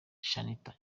shanitah